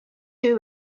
two